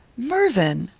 mervyn!